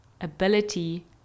ability